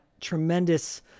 tremendous